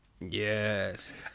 Yes